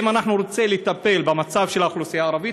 אם אנחנו רוצים לטפל במצב של האוכלוסייה הערבית,